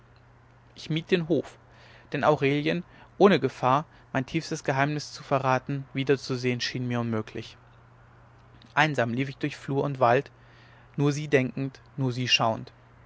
ich mied den hof denn aurelien ohne gefahr mein tiefstes geheimnis zu verraten wiederzusehen schien mir unmöglich einsam lief ich durch flur und wald nur sie denkend nur sie schauend